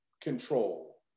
control